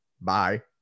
bye